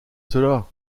cela